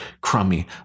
crummy